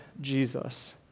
Jesus